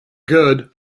good